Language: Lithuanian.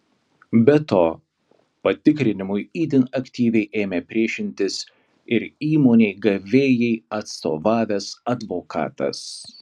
be to patikrinimui itin aktyviai ėmė priešintis ir įmonei gavėjai atstovavęs advokatas